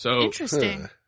Interesting